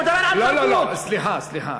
הוא מדבר על, לא, לא, לא, סליחה, סליחה.